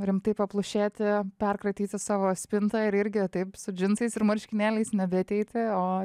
rimtai paplušėti perkratyti savo spintą ir irgi taip su džinsais ir marškinėliais nebeateiti o